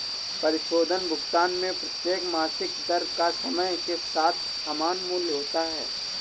परिशोधन भुगतान में प्रत्येक मासिक दर का समय के साथ समान मूल्य होता है